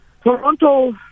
Toronto